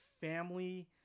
family